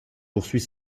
poursuit